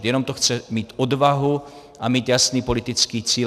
Jenom to chce mít odvahu a mít jasný politický cíl.